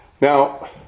Now